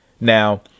Now